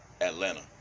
Atlanta